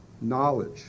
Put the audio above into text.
knowledge